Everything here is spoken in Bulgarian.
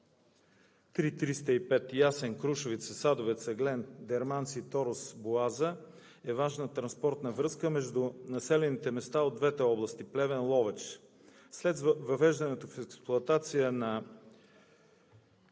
III-305 Ясен – Крушовица – Садовец – Ъглен – Дерманци – Торос – Боаза е важна транспортна връзка между населените места от двете области Плевен и Ловеч. След въвеждането в експлоатация на